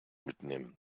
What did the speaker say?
mitnehmen